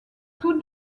tous